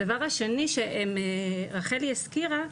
דבר השני שרחלי הזכירה,